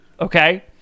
Okay